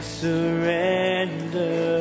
surrender